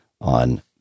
on